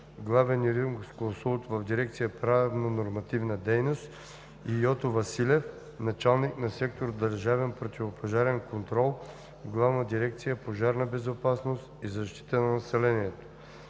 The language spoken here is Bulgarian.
главен юрисконсулт в дирекция „Правно-нормативна дейност“, и Йото Василев – началник на сектор „Държавен противопожарен контрол“ в Главна дирекция „Пожарна безопасност и защита на населението“.